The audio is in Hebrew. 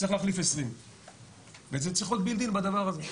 צריך להחליף 20. וזה צריך להיות בילד-אין בדבר הזה.